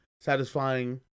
satisfying